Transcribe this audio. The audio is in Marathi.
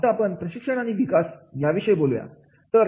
आता आपण प्रशिक्षण आणि विकास याविषयी बोलूयात